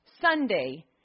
Sunday